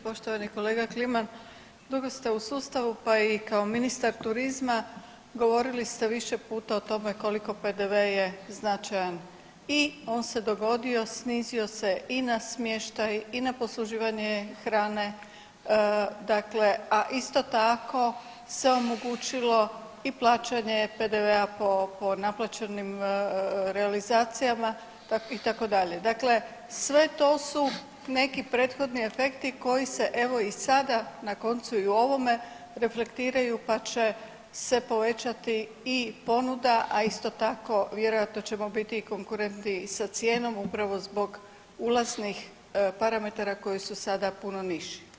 Poštovani kolega Kliman, dugo ste u sustavu, pa i kao ministar turizma, govorili ste više puta o tome koliko PDV je značajan i on se dogodio, snizio se i na smještaj i na posluživanje hrane, dakle a isto tako se omogućilo i plaćanje PDV-a po, po naplaćenim realizacijama itd., dakle sve to su neki prethodni efekti koji se evo i sada na koncu i u ovome reflektiraju, pa će se povećati i ponuda, a isto tako vjerojatno ćemo biti i konkurentno i sa cijenom upravo zbog ulaznih parametara koji su sada puno niži.